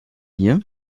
hier